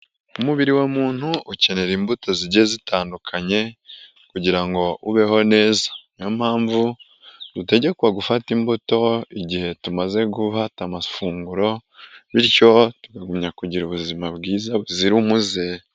Umubiri wa muntu ukenera imbuto zigiye zitandukanye kugira ngo ubeho neza, niyo mpamvu dutegekwa gufata imbuto igihe tumaze gufata amafunguro bityo tukagumya kugira ubuzima bwiza buzira umuze.